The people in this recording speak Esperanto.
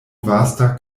vasta